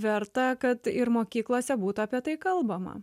verta kad ir mokyklose būtų apie tai kalbama